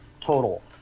total